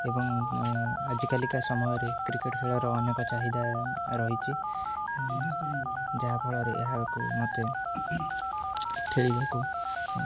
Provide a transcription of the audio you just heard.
ଏବଂ ଆଜିକାଲିକା ସମୟରେ କ୍ରିକେଟ୍ ଖେଳର ଅନେକ ଚାହିଦା ରହିଛି ଯାହାଫଳରେ ଏହାକୁ ମୋତେ ଖେଳିବାକୁ